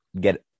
get